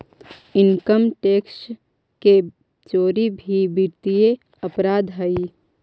income tax के चोरी भी वित्तीय अपराध हइ